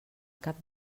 cap